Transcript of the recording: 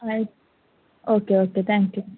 ಆಯ್ತು okay okay thank you